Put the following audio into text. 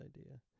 idea